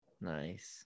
nice